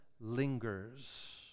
lingers